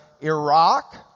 Iraq